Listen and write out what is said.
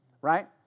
right